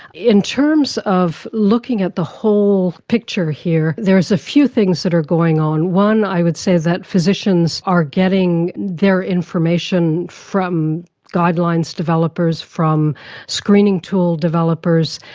in terms of looking at the whole picture here, there's a few things that are going on. one, i would say that physicians are getting their information from guidelines developers, from screening tool developers,